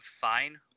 fine